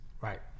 Right